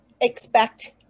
expect